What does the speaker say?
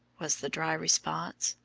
was the dry response.